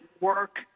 work